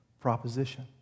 proposition